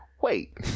Wait